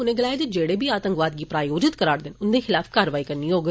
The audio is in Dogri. उनें गलाया जे जेड़े बी आतंकवाद गी प्रोयोजित करा रदे न उन्दे खिलाफ कारवाई करनी होग